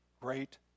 great